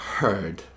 heard